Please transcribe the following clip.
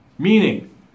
Meaning